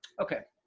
okay.